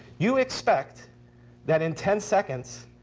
you expect that in ten seconds,